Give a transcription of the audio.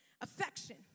affection